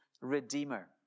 redeemer